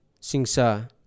singsa